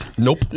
Nope